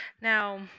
Now